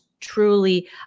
truly